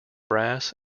brass